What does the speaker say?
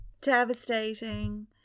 devastating